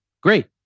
Great